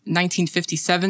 1957